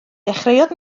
dechreuodd